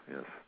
Yes